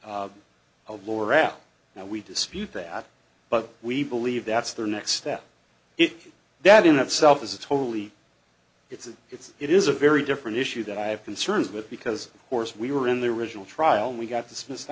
of lower out now we dispute that but we believe that's the next step is that in itself is a totally it's a it's it is a very different issue that i have concerns with because of course we were in the original trial we got dismissed